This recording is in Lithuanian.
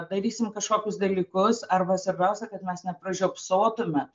darysim kažkokius dalykus arba svarbiausia kad mes nepražiopsotume